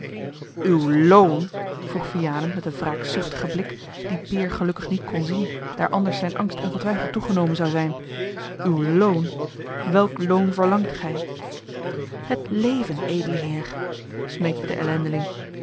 uw loon vroeg vianen met een wraakzuchtigen blik dien peer gelukkig niet kon zien daar anders zijn angst ongetwijfeld toegenomen zou zijn uw loon welk loon verlangt gij het leven edele heer smeekte de